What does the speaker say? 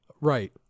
Right